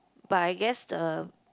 but I guess the